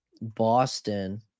Boston